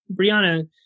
Brianna